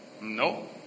No